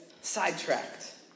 sidetracked